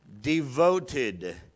Devoted